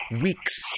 weeks